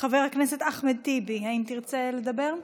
חבר הכנסת אחמד טיבי, האם תרצה לדבר?